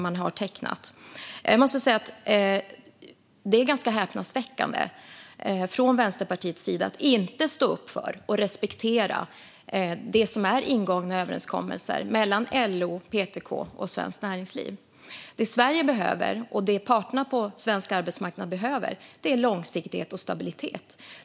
Det är häpnadsväckande att man från Vänsterpartiets sida inte står upp för och respekterar det som är ingångna överenskommelser mellan LO, PTK och Svenskt Näringsliv. Det Sverige behöver, och det parterna på svensk arbetsmarknad behöver, är långsiktighet och stabilitet.